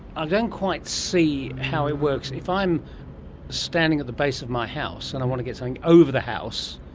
i don't quite see how it works. if i'm standing at the base of my house and i want to get something over the house.